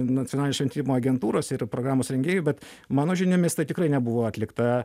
nacionalinio šventimo agentūros ir programos rengėjų bet mano žiniomis tai tikrai nebuvo atlikta